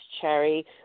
Cherry